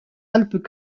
alpes